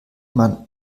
man